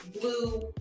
blue